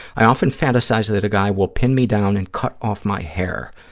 i often fantasize that a guy will pin me down and cut off my hair.